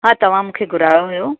हा तव्हां मूंखे घुरायो हुओ